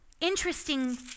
interesting